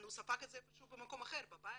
הוא ספג את זה איפשהו במקום אחר בבית,